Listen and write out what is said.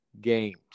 games